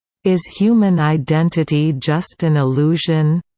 is human identity just an illusion?